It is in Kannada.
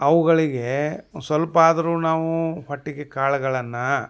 ಅವುಗಳಿಗೆ ಒಂದು ಸ್ವಲ್ಪಾದ್ರೂ ನಾವು ಹೊಟ್ಟೆಗೆ ಕಾಳ್ಗಳನ್ನು